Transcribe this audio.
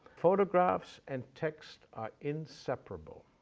photographs and text are inseparable,